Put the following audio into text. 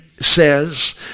says